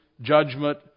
judgment